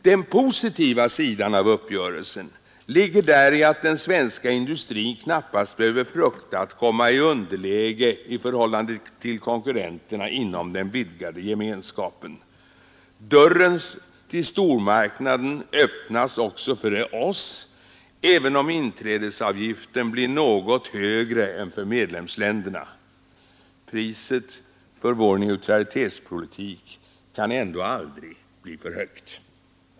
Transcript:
Den positiva sidan av uppgörelsen är att den svenska industrin knappast behöver frukta att komma i underläge i förhållande till konkurrenterna inom den vidgade gemenskapen. Dörren till stormarknaden öppnas också för oss, även om inträdesavgiften blir något högre än för medlemsländerna. Priset för vår neutralitetspolitik kan ändå aldrig bli för högt.